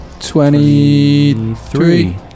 Twenty-three